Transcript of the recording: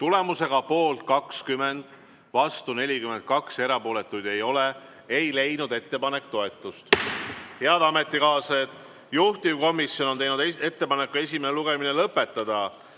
Tulemusega poolt 20, vastu 42, erapooletuid ei ole ei leidnud ettepanek toetust. Head ametikaaslased! Juhtivkomisjon on teinud ettepaneku esimene lugemine lõpetada.